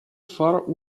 far